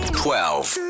twelve